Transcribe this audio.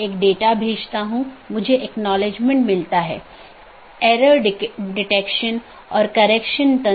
यहाँ multi home AS के 2 या अधिक AS या उससे भी अधिक AS के ऑटॉनमस सिस्टम के कनेक्शन हैं